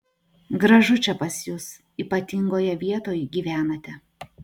gražu čia pas jus ypatingoje vietoj gyvenate